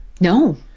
no